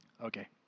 Okay